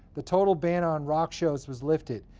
the total ban on rock shows was lifted,